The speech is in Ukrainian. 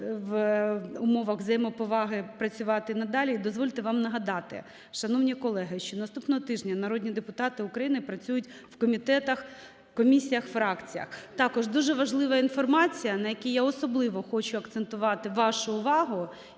в умовах взаємоповаги працювати надалі. І дозвольте вам нагадати, шановні колеги, що наступного тижня народні депутати України працюють у комітетах, комісіях, фракціях. Також дуже важлива інформація, на якій я особливо хочу акцентувати вашу увагу